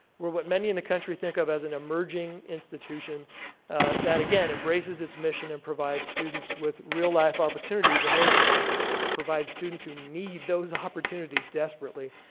we're what many in the country think of as an emerging institution that again embraces it's mission and provides students with real life opportunities and more to the point provides students who need those opportunities desperately,